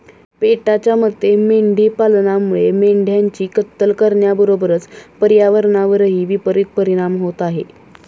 पेटाच्या मते मेंढी पालनामुळे मेंढ्यांची कत्तल करण्याबरोबरच पर्यावरणावरही विपरित परिणाम होत आहे